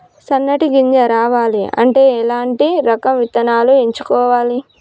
సన్నటి గింజ రావాలి అంటే ఎలాంటి రకం విత్తనాలు ఎంచుకోవాలి?